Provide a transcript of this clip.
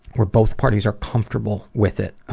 where both parties are comfortable with it.